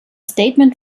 statement